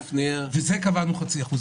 ולזה קבענו חצי אחוז.